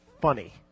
funny